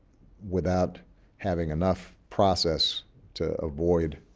without having enough process to avoid